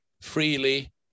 freely